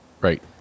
right